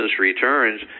returns